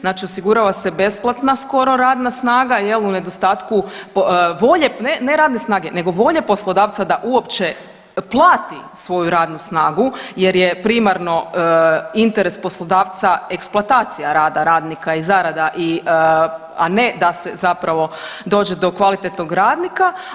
Znači osigurava se besplatna skoro radna snaga jel u nedostatku volje ne radne snage, nego volje poslodavca da uopće plati svoju radnu snagu jer je primarno interes poslodavca eksploatacija rada radnika i zarada i, a ne da se zapravo dođe do kvalitetnog radnika.